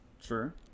sure